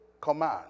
command